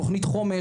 תכנית חומש,